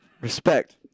respect